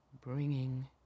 bringing